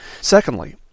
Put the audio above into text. Secondly